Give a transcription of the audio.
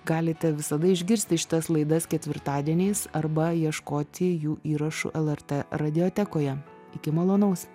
galite visada išgirsti šitas laidas ketvirtadieniais arba ieškoti jų įrašų lrt radiotekoje iki malonaus